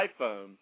iPhone